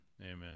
amen